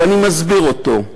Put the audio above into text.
ואני מסביר אותו,